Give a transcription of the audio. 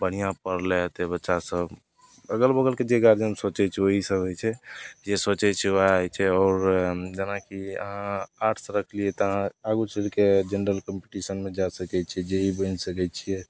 बढ़िआँ पढ़ले होतै बच्चासभ अगल बगलके जे गार्जिअन सोचै छै वएहसब होइ छै जे सोचै छै वएह होइ छै आओर जेनाकि अहाँ आर्ट्स रखलिए तऽ अहाँ आगू चलिके जेनरल कम्पीटिशनमे जा सकै छिए जे ई बनि सकै छिए